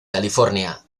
california